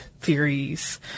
theories